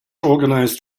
organized